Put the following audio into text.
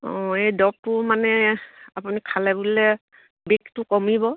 অঁ এই দৰবটো মানে আপুনি খালে বুলিলে বিষটো কমিব